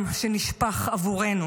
שנשפך עבורנו,